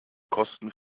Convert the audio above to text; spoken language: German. kosten